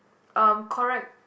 um correct